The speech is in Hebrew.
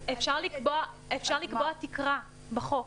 אפשר לקבוע תקרה בחוק.